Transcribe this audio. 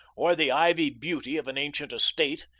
or the ivy beauty of an ancient estate,